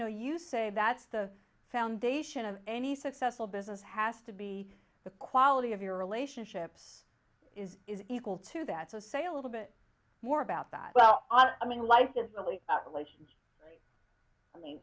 know you say that's the foundation of any successful business has to be the quality of your relationships is equal to that so say a little bit more about that well i mean life is a leap relations i mean